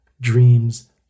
Dreams